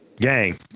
gang